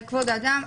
על כבוד האדם,